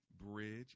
Bridge